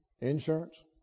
insurance